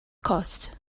cost